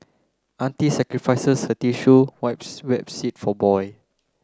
auntie sacrifices her tissue wipes wet seat for boy